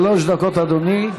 שלוש דקות, אדוני.